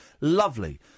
lovely